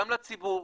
גם לציבור,